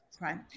right